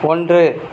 ஒன்று